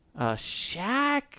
Shaq